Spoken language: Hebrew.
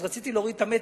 ורציתי להוריד את המתח,